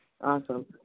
Awesome